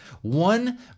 one